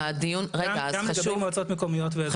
גם לגבי מועצות מקומיות ואזוריות.